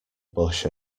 bush